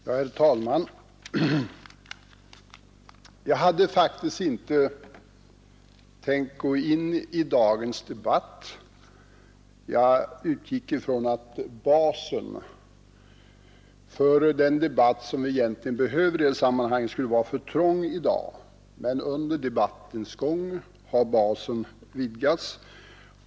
Herr talman! Jag hade faktiskt inte tänkt gå in i dagens debatt. Jag utgick från att basen för den debatt som vi egentligen behöver i detta sammanhang skulle vara för trång i dag, men under debattens gång har basen vidgats.